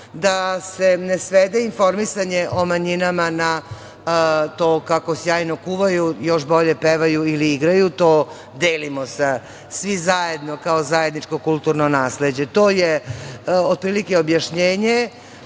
da se ne svede informisanje o manjinama na to kako sjajno kuvaju, još bolje pevaju ili igraju. To delimo svi zajedno kao zajedničko kulturno nasleđe. To je otprilike objašnjenje.